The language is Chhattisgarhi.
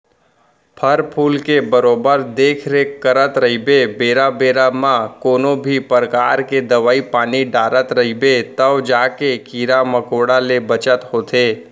फर फूल के बरोबर देख रेख करत रइबे बेरा बेरा म कोनों भी परकार के दवई पानी डारत रइबे तव जाके कीरा मकोड़ा ले बचत होथे